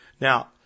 Now